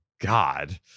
God